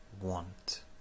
want